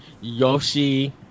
Yoshi